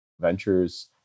ventures